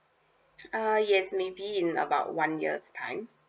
uh yes maybe in about one year time